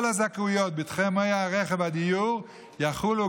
כל הזכאויות בתחומי הרכב והדיור יחולו